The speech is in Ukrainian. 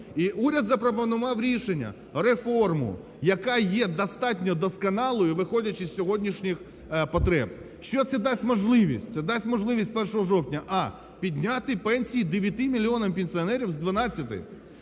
І уряд запропонував рішення, реформу, яка є достатньо досконалою, виходячи з сьогоднішніх потреб. Що це дасть можливість? Це дасть можливість 1 жовтня: а) підняти пенсії 9 мільйонам пенсіонерам з 12;